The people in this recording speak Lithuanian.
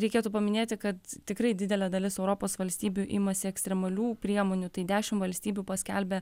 reikėtų paminėti kad tikrai didelė dalis europos valstybių imasi ekstremalių priemonių tai dešim valstybių paskelbė